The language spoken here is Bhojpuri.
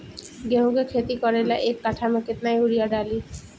गेहूं के खेती करे ला एक काठा में केतना युरीयाँ डाली?